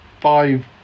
five